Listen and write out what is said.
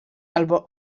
albo